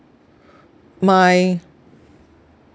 my